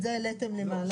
את זה העליתם למעלה.